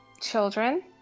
children